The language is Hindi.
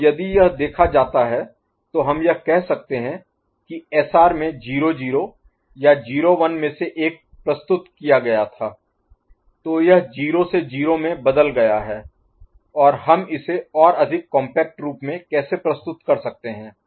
तो यदि यह देखा जाता है तो हम यह कह सकते हैं कि एसआर में 0 0 या 0 1 में से एक प्रस्तुत किया गया था तो यह 0 से 0 में बदल गया है और हम इसे और अधिक कॉम्पैक्ट रूप में कैसे प्रस्तुत कर सकते हैं